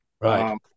right